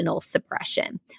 suppression